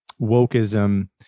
wokeism